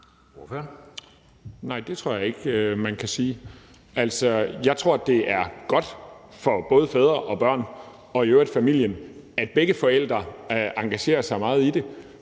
Nej, det tror jeg ikke man kan sige. Jeg tror, det er godt for både fædre og børn og i øvrigt familien, at begge forældre engagerer sig meget i det.